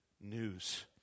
news